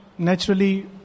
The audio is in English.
Naturally